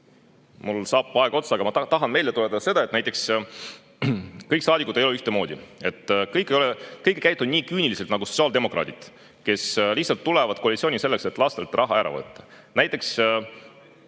Mul saab aeg otsa, aga ma tahan meelde tuletada, et kõik saadikud ei ole ühtemoodi. Kõik ei käitu nii küüniliselt nagu sotsiaaldemokraadid, kes lihtsalt tulevad koalitsiooni selleks, et lastelt raha ära võtta. Näiteks